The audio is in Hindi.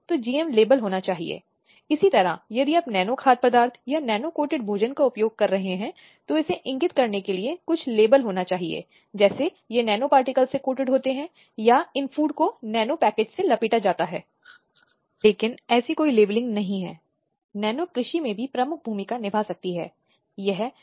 इसलिए सभी क्षेत्रों में महिलाओं के उचित प्रतिनिधित्व को सुनिश्चित करने के तरीके के रूप में यह महिलाओं के सामाजिक आर्थिक विकास के लिए योजना प्रक्रिया में भाग लेता है और सलाह देता है